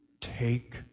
Take